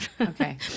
Okay